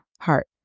heart